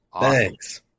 Thanks